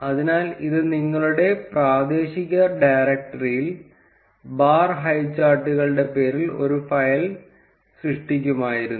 അതിനാൽ ഇത് നിങ്ങളുടെ പ്രാദേശിക ഡയറക്ടറിയിൽ ബാർ ഹൈചാർട്ടുകളുടെ പേരിൽ ഒരു ഫയൽ സൃഷ്ടിക്കുമായിരുന്നു